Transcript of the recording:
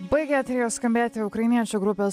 baigė eteryje skambėti ukrainiečių grupės